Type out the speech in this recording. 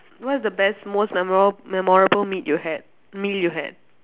what's the best most memo~ memorable meat you had meal you had